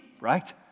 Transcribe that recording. right